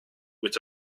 with